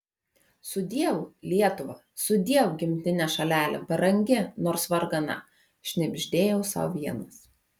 sudieu lietuva sudieu gimtine šalele brangi nors vargana šnibždėjau sau vienas